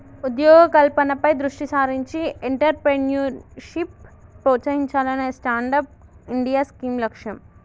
ఉద్యోగ కల్పనపై దృష్టి సారించి ఎంట్రప్రెన్యూర్షిప్ ప్రోత్సహించాలనే స్టాండప్ ఇండియా స్కీమ్ లక్ష్యం